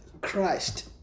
christ